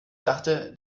dachte